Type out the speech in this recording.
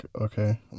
Okay